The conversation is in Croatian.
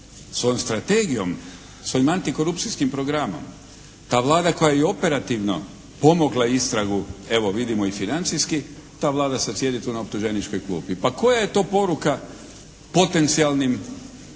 svojom strategijom, svojim antikorupcijskim programa, ta Vlada koja je i operativno pomogla istragu evo vidimo i financijski ta Vlada sad sjedi tu na optuženičkoj klupi. Pa koja je to poruka potencijalnim